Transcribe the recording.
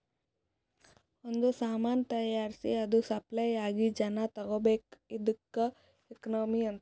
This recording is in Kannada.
ಒಂದ್ ಸಾಮಾನ್ ತೈಯಾರ್ಸಿ ಅದು ಸಪ್ಲೈ ಆಗಿ ಜನಾ ತಗೋಬೇಕ್ ಇದ್ದುಕ್ ಎಕನಾಮಿ ಅಂತಾರ್